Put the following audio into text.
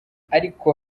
ariko